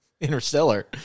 Interstellar